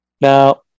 now